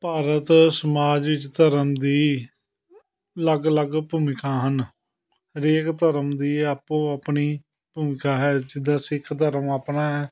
ਭਾਰਤ ਸਮਾਜ ਵਿੱਚ ਧਰਮ ਦੀ ਅਲੱਗ ਅਲੱਗ ਭੂਮਿਕਾ ਹਨ ਹਰੇਕ ਧਰਮ ਦੀ ਆਪੋ ਆਪਣੀ ਭੂਮਿਕਾ ਹੈ ਜਿੱਦਾਂ ਸਿੱਖ ਧਰਮ ਆਪਣਾ ਹੈ